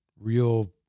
real